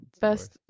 best